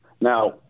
Now